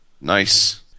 Nice